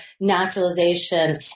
naturalization